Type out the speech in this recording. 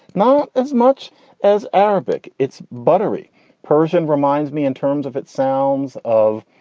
not as much as arabic. it's buttery persian. reminds me in terms of its sounds of,